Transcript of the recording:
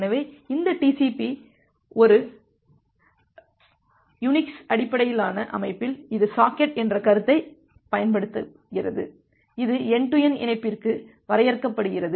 எனவே இந்த TCP ஒரு குறிப்பு நேரம் 0625 யூனிக்ஸ் அடிப்படையிலான அமைப்பில் இது சாக்கெட் என்ற கருத்தைப் பயன்படுத்துகிறது இது என்டு டு என்டு இணைப்பிற்கு வரையறுக்கப்படுகிறது